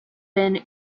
been